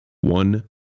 One